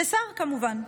לשר, כמובן.